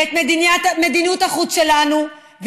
ואת מדיניות החוץ שלנו,